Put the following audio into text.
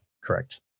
correct